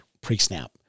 pre-snap